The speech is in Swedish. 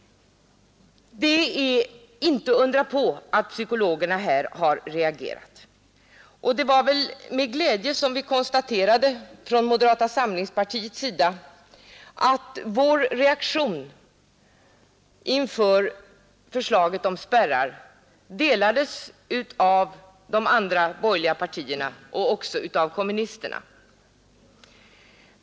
Det är inte att undra på att psykologerna har reagerat. Det var med glädje vi från moderata samlingspartiets sida konstaterade att vår reaktion inför förslaget om spärrar delades av de andra borgerliga partierna och också av kommunisterna.